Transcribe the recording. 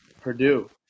Purdue